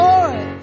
Lord